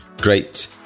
great